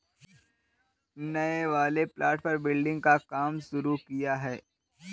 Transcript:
नए वाले प्लॉट पर बिल्डिंग का काम शुरू किया है